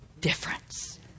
difference